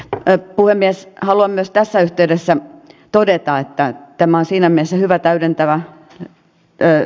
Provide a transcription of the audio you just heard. että puhemies haluan myös tässä yhteydessä todeta että tämä siinä myös hyvä täydentävää ja käy